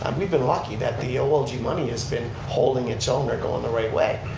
um we've been lucky that the olg money has been holding its own or going the right way.